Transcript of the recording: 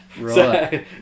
Right